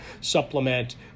supplement